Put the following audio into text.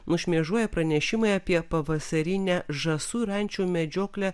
nušmėžuoja pranešimai apie pavasarinę žąsų ir ančių medžioklę